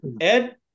Ed